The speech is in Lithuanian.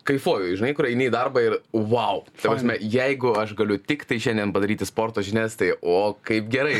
kaifuoju žinai kur eini į darbą ir vau ta prasme jeigu aš galiu tiktai šiandien padaryti sporto žinias tai o kaip gerai